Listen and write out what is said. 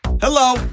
Hello